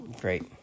Great